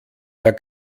mehr